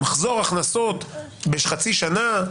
מחזור הכנסות בחצי שנה?